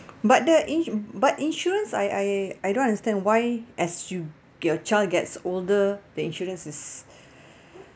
but the in~ but insurance I I I don't understand why as you your child gets older the insurance is